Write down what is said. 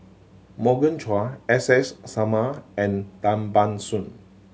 Morgan Chua S S Sarma and Tan Ban Soon